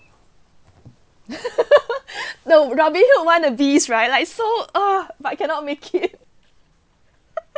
no one of these right like so uh but cannot make it